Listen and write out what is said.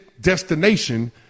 destination